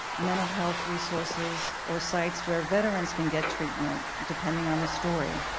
mental health resources or sites where veterans can get treatment, depending on the story.